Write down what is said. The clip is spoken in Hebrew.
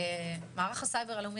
מערך הסייבר הלאומי,